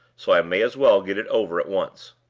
so i may as well get it over at once.